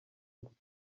mfite